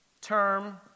term